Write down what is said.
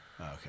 okay